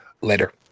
Later